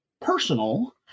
personal